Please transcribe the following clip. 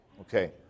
Okay